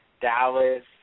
Dallas